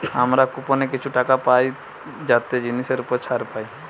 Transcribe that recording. আমরা কুপনে কিছু টাকা পাই যাতে জিনিসের উপর ছাড় পাই